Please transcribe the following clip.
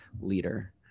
leader